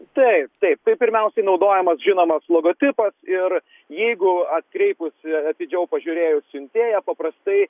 taip taip tai pirmiausiai naudojamas žinomas logotipas ir jeigu atkreipus atidžiau pažiūrėjus siuntėją paprastai